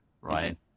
right